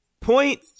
point